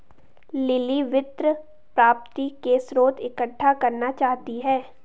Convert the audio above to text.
lily वित्त प्राप्ति के स्रोत इकट्ठा करना चाहती है